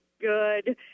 good